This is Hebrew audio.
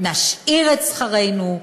נשאיר את שכרנו,